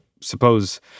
suppose